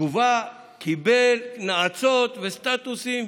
בתגובה הוא קיבל נאצות וסטטוסים,